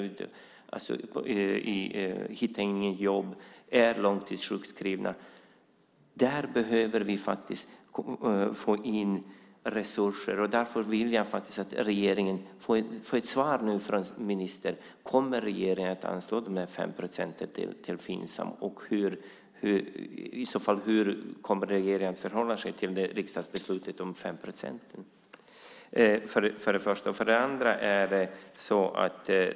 De hittar inget jobb eller är långtidssjukskrivna. Där behöver vi få in resurser. Därför vill jag få ett svar från ministern. Kommer regeringen att anslå dessa 5 procent till Finsam? Och hur kommer regeringen i så fall att förhålla sig till riksdagsbeslutet om 5 procent?